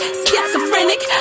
schizophrenic